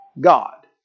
God